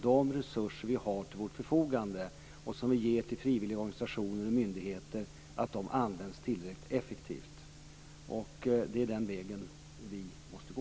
De resurser som ges till frivilligorganisationer och myndigheter skall användas på ett effektivt sätt. Det är den vägen vi måste gå.